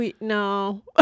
No